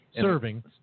Serving